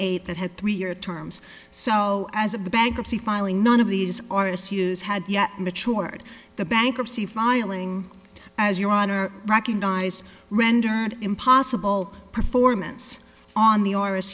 eight that had three year terms so as of the bankruptcy filing none of these artists use had yet maturity the bankruptcy filing as your honor recognized rendered impossible performance on the